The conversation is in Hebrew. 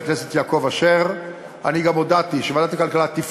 הרי משנת 2005 הכללים האלה השתנו זו